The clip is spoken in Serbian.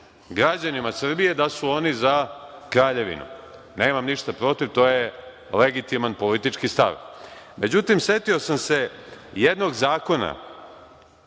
građanima Srbije da su oni za kraljevinu. Nemam ništa protiv, to je legitiman politički stav.Međutim, setio sam se jednog zakona